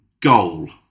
Goal